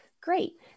Great